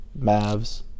Mavs